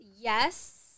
Yes